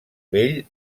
vell